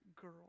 girl